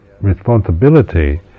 responsibility